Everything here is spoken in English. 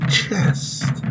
chest